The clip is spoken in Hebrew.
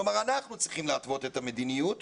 כלומר, אנחנו צריכים להתוות את מדיניות